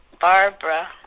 Barbara